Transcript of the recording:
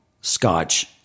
scotch